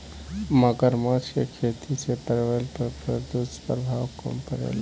मगरमच्छ के खेती से पर्यावरण पर दुष्प्रभाव कम पड़ेला